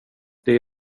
det